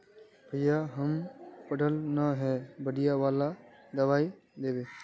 भैया हम पढ़ल न है बढ़िया वाला दबाइ देबे?